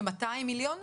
כ-200 מיליון?